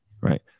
right